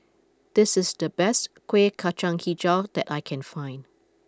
this is the best Kueh Kacang HiJau that I can find